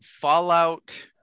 Fallout